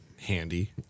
Handy